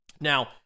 Now